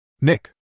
Nick